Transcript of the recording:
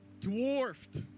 dwarfed